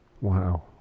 Wow